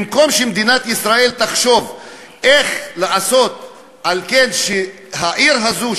במקום שמדינת ישראל תחשוב איך לעשות שהעיר הזאת,